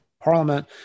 Parliament